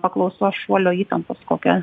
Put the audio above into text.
paklausos šuolio įtampos kokią